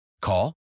Call